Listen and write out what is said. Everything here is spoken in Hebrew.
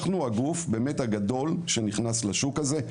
אנחנו הגוף, באמת, הגדול שנכנס לשוק הזה.